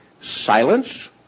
silence